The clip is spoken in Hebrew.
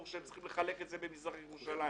שהם צריכים לחלק את זה במזרח ירושלים.